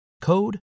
code